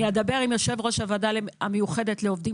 אני אדבר עם יושב-ראש הוועדה המיוחדת לעובדים